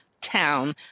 town